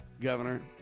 governor